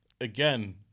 again